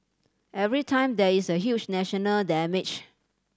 every time there is a huge national damage